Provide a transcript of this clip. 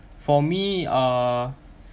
for me uh